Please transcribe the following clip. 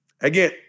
Again